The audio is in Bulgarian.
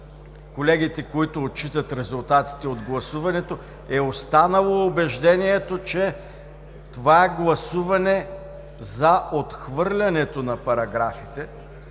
колегите, които отчитат резултатите от гласуването, е останало убеждението, че това гласуване за отхвърлянето на параграфите